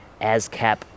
ASCAP